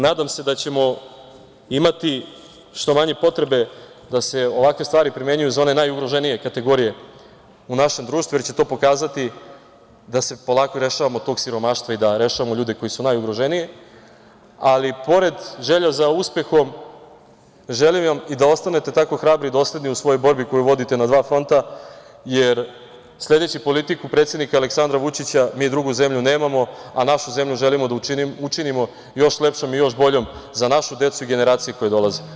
Nadam se da ćemo imati što manje potrebe da se ovakve stvari primenjuju za one najugroženije kategorije u našem društvu jer će to pokazati da se polako rešavamo tog siromaštva i da rešavamo ljude koji su najugroženiji, ali pored želje za uspehom, želim vam da ostanete tako hrabri i dosledni u svojoj borbi koju vodite na dva fronta, jer sledeći politiku predsednika Aleksandra Vučića, mi drugu zemlju nemamo, a našu zemlju želimo da učinimo još lepšom i još boljom za našu decu i generacije koje dolaze.